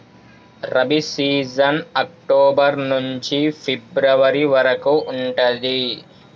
rabi season October నుంచి February వరకు ఉంటది